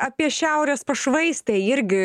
apie šiaurės pašvaistę irgi